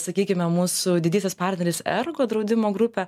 sakykime mūsų didysis partneris ergo draudimo grupė